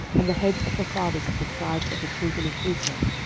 and the heads of the fathers of the tribes of the children of israel,